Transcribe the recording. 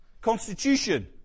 Constitution